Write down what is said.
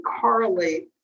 correlate